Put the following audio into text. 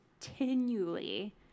continually